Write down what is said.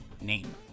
name